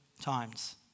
times